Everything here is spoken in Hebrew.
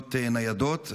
מיגוניות ניידות.